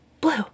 Blue